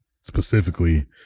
specifically